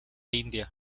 india